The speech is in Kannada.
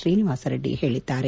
ಶ್ರೀನಿವಾಸ ರೆಡ್ಡಿ ಹೇಳಿದ್ದಾರೆ